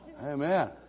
Amen